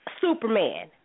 Superman